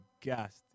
gassed